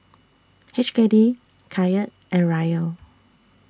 H K D Kyat and Riel